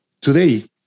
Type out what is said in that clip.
Today